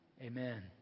Amen